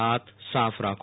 હાથ સાફ રાખો